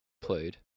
Played